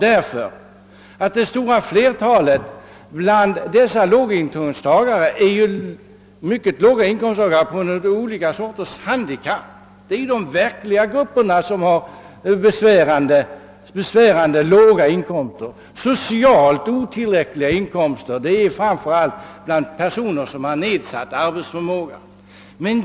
Det stora flertalet av mycket låga inkomsttagare lider nämligen av olika slag av handikapp, och det är just den gruppen som har verkligt besvärande låga inkomster. Socialt otillräckliga inkomster har framför allt personer med nedsatt arbetsförmåga.